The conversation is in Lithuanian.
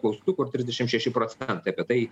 apklaustų kur trisdešimt šeši procentai apie tai